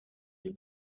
les